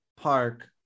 park